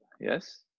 yes